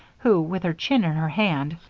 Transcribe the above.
who, with her chin in her hand,